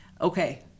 okay